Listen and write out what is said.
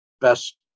best